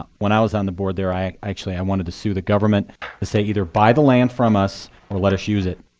um when i was on the board there actually i wanted to sue the government to say either buy the land from us or let us use it.